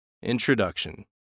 Introduction